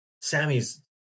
Sammy's